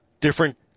different